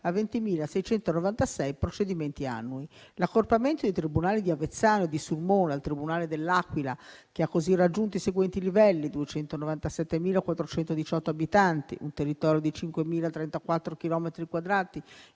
annui. Ha determinato inoltre l'accorpamento dei tribunali di Avezzano e di Sulmona al tribunale dell'Aquila, che ha così raggiunto i seguenti livelli: 297.418 abitanti, un territorio di 5.034